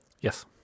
Yes